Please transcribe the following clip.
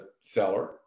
seller